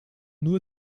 nur